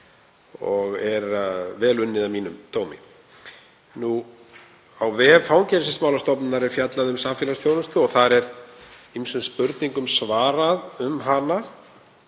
og er vel unnið að mínum dómi. Á vef Fangelsismálastofnunar er fjallað um samfélagsþjónustu og þar er ýmsum spurningum svarað um hana